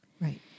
Right